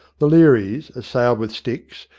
the learys, assailed with sticks,